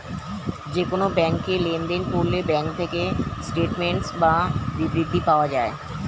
যে কোন ব্যাংকে লেনদেন করলে ব্যাঙ্ক থেকে স্টেটমেন্টস বা বিবৃতি পাওয়া যায়